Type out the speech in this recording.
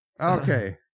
Okay